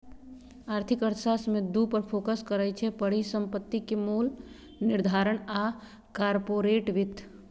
आर्थिक अर्थशास्त्र में दू पर फोकस करइ छै, परिसंपत्ति के मोल निर्धारण आऽ कारपोरेट वित्त